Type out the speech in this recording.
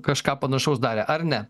kažką panašaus darė ar ne